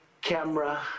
camera